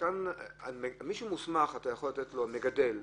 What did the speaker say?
מי שמוסמך, מגדל,